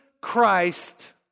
Christ